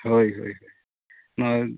ᱦᱳᱭ ᱦᱳᱭ ᱱᱚᱜᱼᱚᱸᱭ